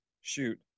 shoot